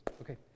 Okay